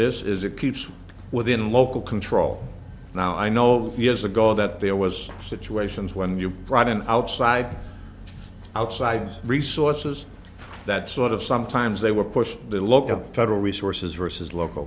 this is it keeps within local control now i know years ago that there was situations when you brought in outside outside resources that sort of sometimes they were pushed to local federal resources versus local